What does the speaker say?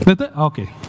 Okay